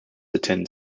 attend